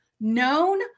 Known